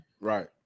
Right